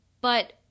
But-